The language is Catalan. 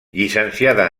llicenciada